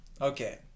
okay